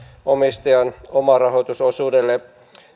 omistajan omarahoitusosuudelle